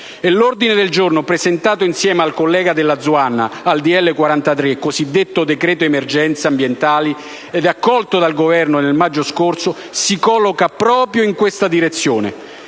l'ordine del giorno presentato insieme al collega Dalla Zuanna al decreto-legge n. 43, cosiddetto decreto emergenze ambientali, ed accolto dal Governo nel maggio scorso, si colloca proprio in questa direzione.